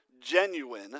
genuine